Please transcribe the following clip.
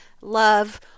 love